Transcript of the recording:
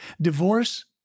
Divorce